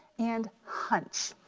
and hunch,